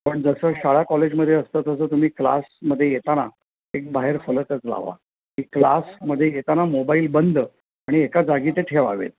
पण जसं शाळा कॉलेजमध्ये असतं तसं तुम्ही क्लासमध्ये येताना एक बाहेर फलकच लावा की क्लासमध्ये येताना मोबाईल बंद आणि एका जागी ते ठेवावेत